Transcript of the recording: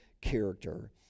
character